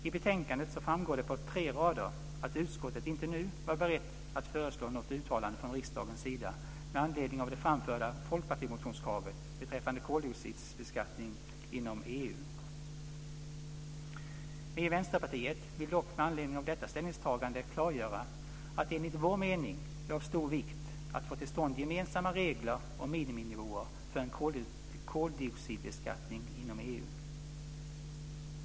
I betänkandet framgår det på tre rader att utskottet inte nu varit berett att föreslå något uttalande från riksdagens sida med anledning av det framförda fpmotionskravet beträffande koldioxidbeskattning inom Vi i Vänsterparitet vill dock med anledning av detta ställningstagande klargöra att det enligt vår mening är av stor vikt att få till stånd gemensamma regler och miniminivåer för en koldioxidbeskattning inom EU.